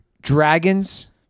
Dragons